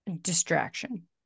distraction